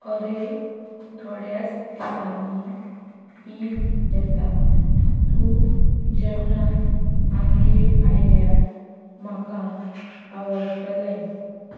आरे थोड्याच दिसांनी ईद येता तूं जेवणाक आमगेर आयल्यार म्हाका आवडटले